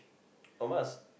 oh mine was